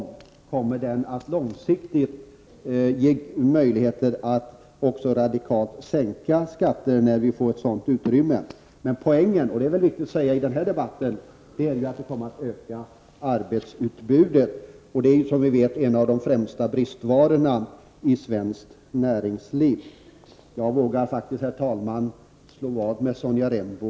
Skattereformen kommer långsiktigt att göra det möjligt att radikalt sänka skattetrycket så snart det finns ett utrymme för detta. Men poängen, och det är viktigt att framhålla det i den här debatten, är att arbetskraftsutbudet kommer att bli större. Just nu är ju arbetskraftsutbudet en av de främsta bristvarorna i svenskt näringsliv. Jag vågar faktiskt, herr talman, slå vad med Sonja Rembo.